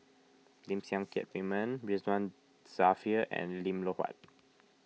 Lim Siang Keat Raymond Ridzwan Dzafir and Lim Loh Huat